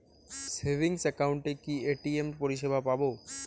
Savings একাউন্টে কি ATM পরিসেবা পাব?